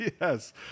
yes